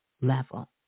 level